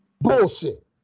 Bullshit